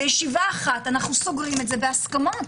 בישיבה אחת אנחנו סוגרים את זה בהסכמות